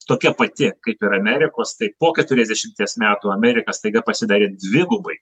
tokia pati kaip ir amerikos tai po keturiasdešimties metų amerika staiga pasidarė dvigubai